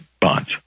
bonds